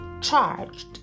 Charged